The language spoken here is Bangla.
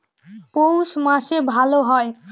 পৌষ মাসে ভালো হয়?